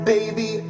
Baby